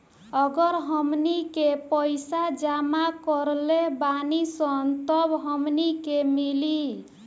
अगर हमनी के पइसा जमा करले बानी सन तब हमनी के मिली